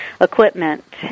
equipment